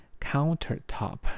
Countertop